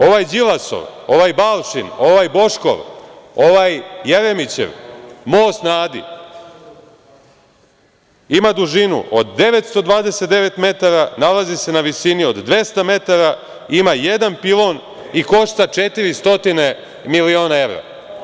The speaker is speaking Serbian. Ovaj Đilasov, ovaj Balšin, ovaj Boškov, ovaj Jeremićev Most na Adi ima dužinu od 929 metara, nalazi se na visini od 200 metara, ima jedan pilon i košta 400 miliona evra.